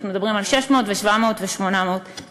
אנחנו מדברים על 600 ו-700 ו-800 שקלים.